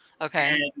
Okay